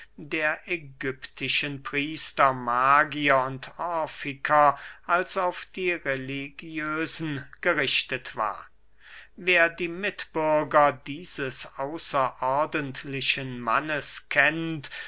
der ägyptischen priester magier und orfiker als auf die religiösen gerichtet war wer die mitbürger dieses außerordentlichen mannes kennt